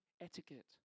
etiquette